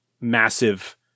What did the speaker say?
massive